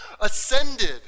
ascended